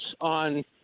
on